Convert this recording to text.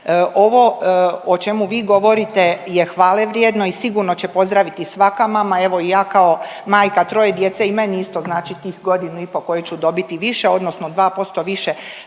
Ovo o čemu vi govorite je hvale vrijedno i sigurno će pozdraviti svaka mama, evo i ja kao majka troje djece i meni isto znači tih godinu i po koje ću dobiti više odnosno 2% više